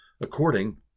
according